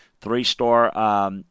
three-star